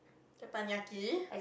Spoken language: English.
teppanyaki